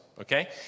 okay